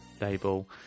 label